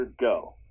go